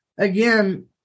Again